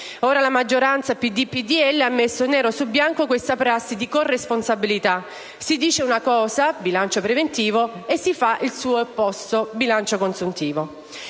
Ora la maggioranza PD e PDL ha messo nero su bianco questa prassi di corresponsabilità. Si dice una cosa, bilancio preventivo, e si fa il suo opposto, bilancio consuntivo.